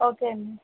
okay అండి